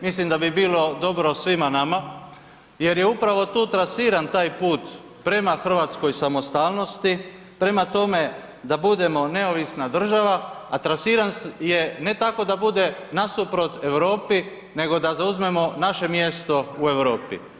Mislim da bi bilo dobro svima nama jer je upravo tu trasiran taj put prema hrvatskoj samostalnosti, prema tome da budemo neovisna država, a trasiran je, ne tako da bude nasuprot Europi, nego da zauzmemo naše mjesto u Europi.